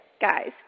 guys